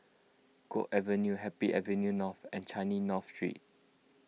Guok Avenue Happy Avenue North and Changi North Street